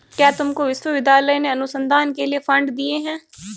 क्या तुमको विश्वविद्यालय ने अनुसंधान के लिए फंड दिए हैं?